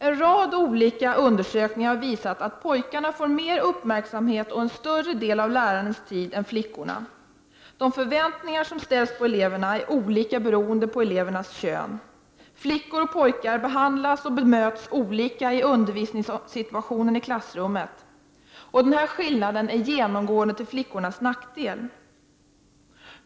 En rad olika undersökningar har visat att pojkarna får mer uppmärksamhet och att de upptar en större del av lärarens tid än flickorna. De förväntningar som lärarna har på eleverna är olika beroende på elevernas kön. Flickor och pojkar behandlas och bemöts olika i undervisningssituationen i klassrummet. Denna skillnad är genomgående till flickornas nackdel.